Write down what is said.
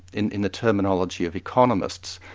in in the terminology of economists,